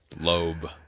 Lobe